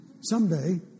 someday